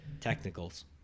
Technicals